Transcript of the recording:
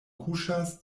kuŝas